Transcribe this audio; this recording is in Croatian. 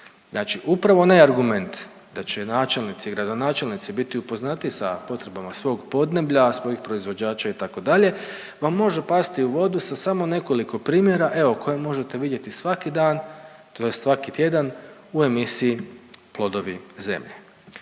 Znači upravo onaj argument da će načelnici, gradonačelnici biti upoznati sa potrebama svog podneblja, svojih proizvođača itd. vam može pasti u vodu sa samo nekoliko primjera, evo koje možete vidjeti svaki dan, tj. svaki tjedan u emisiji „Plodovi zemlje.“